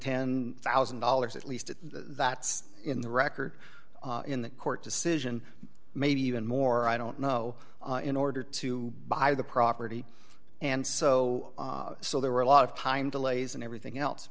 ten thousand dollars at least that's in the record in that court decision maybe even more i don't know in order to buy the property and so so there were a lot of time delays and everything else